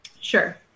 Sure